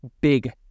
big